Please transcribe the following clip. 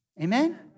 Amen